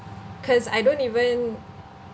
cause I don't even